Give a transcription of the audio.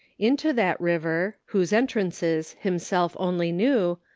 into that river, whose entrances himself only knew,